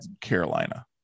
Carolina